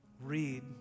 read